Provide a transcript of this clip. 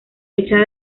fecha